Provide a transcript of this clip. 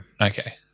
Okay